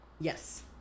Yes